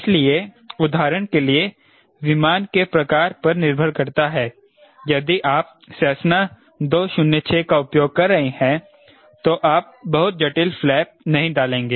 इसलिए उदाहरण के लिए विमान के प्रकार पर निर्भर करता है यदि आप सेसना 206 का उपयोग कर रहे हैं तो आप बहुत जटिल फ्लैप नहीं डालेंगे